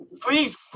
Please